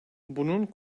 bunun